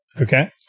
Okay